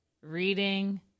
reading